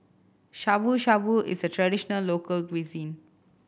Shabu Shabu is a traditional local cuisine